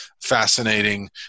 fascinating